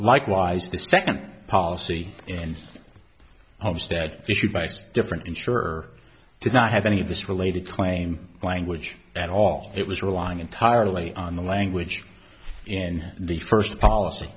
likewise the second policy in homestead issued by stiffer insurer did not have any of this related claim language at all it was relying entirely on the language in the first policy